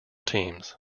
teams